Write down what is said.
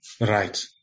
Right